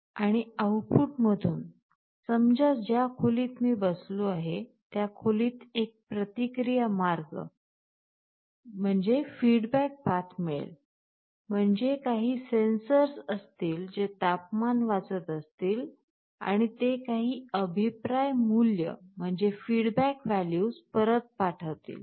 आणि आऊटपुटमधून समजा ज्या खोलीत मी बसलो आहे त्या खोलीत एक प्रतिक्रिया मार्ग मिळेल म्हणजे काही सेन्सर्स असतील जे तापमान वाचत असतील आणि ते काही अभिप्राय मूल्य परत पाठवतील